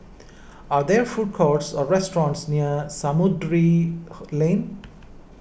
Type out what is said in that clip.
are there food courts or restaurants near Samudera Lane